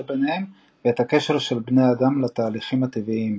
ביניהם ואת הקשר של בני האדם לתהליכים הטבעיים.